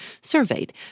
surveyed